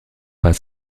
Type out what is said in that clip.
pas